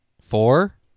four